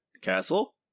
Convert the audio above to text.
castle